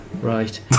Right